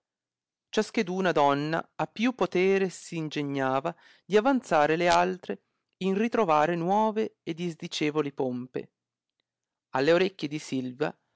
ciascheduna donna a più potere s ingegnava di avanzare le altre in ritrovare nuove e disdicevoli pompe alle orecchie di silvia